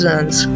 anos